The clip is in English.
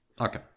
Okay